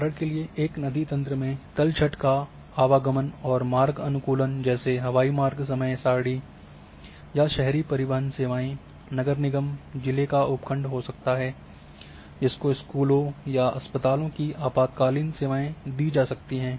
उदाहरण के लिए एक नदी तंत्र में तलछट का आवागमन और मार्ग अनुकूलन जैसे हवाई मार्ग समय सारणी या शहरी परिवहन सेवाएं नगर निगम जिले का उपखंड हो सकता है जिसको स्कूलों या अस्पतालों की आपातकालीन सेवाएं दी जा सकती है